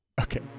Okay